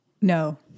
No